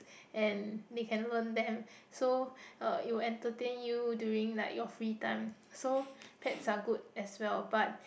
and they can learn them so uh it will entertain you during like your free time so pets are good as well but